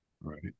right